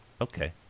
Okay